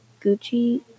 Gucci